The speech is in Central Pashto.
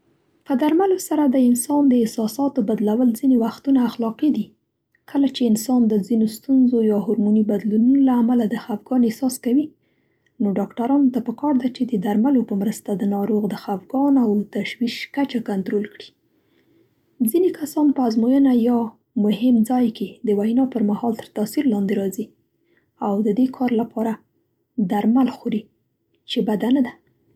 په درملو سره د انسان د احساستو بدلول ځینې وختونه اخلاقي دي. کله چې انسان د ځینو ستونزو یا هورموني بدلونونو له امله د خفګان احساس کوي، نو ډاکترانو ته په کار ده چې د درملو په مرسته د ناروغ د خفګان او تشویش کچه کنترول کړي. ځینې کسان په ازموینه یا مهم ځای کې د وینا پر مهال تر تاثیر لاندې راځي او د دې کار لپاره درمل خور چې بده نه ده.